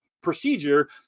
procedure